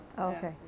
Okay